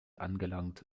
angelangt